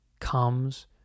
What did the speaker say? comes